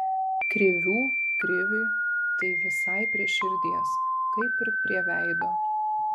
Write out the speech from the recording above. krivių kriviui tai visai prie širdies kaip ir prie veido